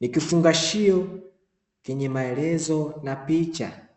ni kifungashio chenye maelezo na picha